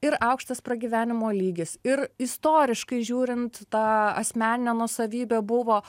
ir aukštas pragyvenimo lygis ir istoriškai žiūrint ta asmeninę nuosavybę buvo